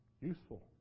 useful